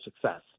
success